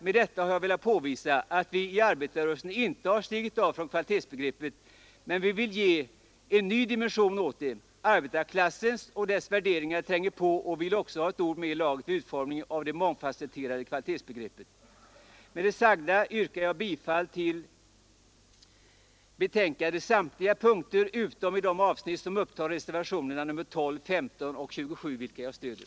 Med detta har jag velat påvisa att vi i arbetarrörelsen inte har stigit av från kvalitetsbegreppet, men vi vill ge en ny dimension åt det: arbetarklassen och dess värderingar tränger på och vill också ha ett ord med i laget vid utformningen av det mångfasetterade kvalitetsbegreppet. Herr talman! Med det anförda yrkar jag bifall till utskottets hemställan på samtliga punkter utom i de avsnitt som motsvarar reservationerna 12, 15 och 27, vilka jag stöder.